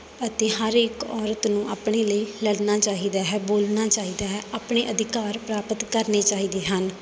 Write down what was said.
ਅਤੇ ਹਰ ਇੱਕ ਔਰਤ ਨੂੰ ਆਪਣੇ ਲਈ ਲੜਨਾ ਚਾਹੀਦਾ ਹੈ ਬੋਲਣਾ ਚਾਹੀਦਾ ਹੈ ਆਪਣੇ ਅਧਿਕਾਰ ਪ੍ਰਾਪਤ ਕਰਨੇ ਚਾਹੀਦੇ ਹਨ